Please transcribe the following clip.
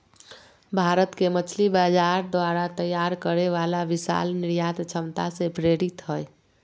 भारत के मछली बाजार द्वारा तैयार करे वाला विशाल निर्यात क्षमता से प्रेरित हइ